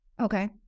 Okay